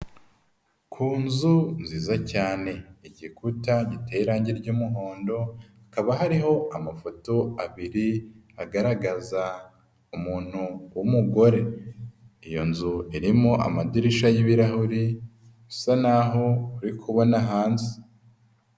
Ku nzu nzizaza cyane igikuta giteye irangi ry'umuhondo, hakaba hariho amafoto abiri agaragaza umuntu w'umugore. Iyo nzu irimo amadirishya y'ibirahuri usa naho uri kubona hanze.